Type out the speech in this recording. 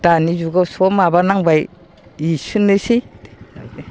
दानि जुगाव सब माबानांबाय बिसोरनोसै जाबाय दे